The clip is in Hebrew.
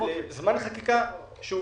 לזמן חקיקה שהוא